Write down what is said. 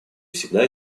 всегда